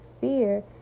fear